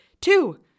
Two